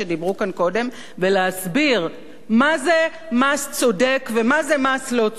כאן קודם ולהסביר מה זה מס צודק ומה זה מס לא צודק,